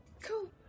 Cool